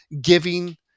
giving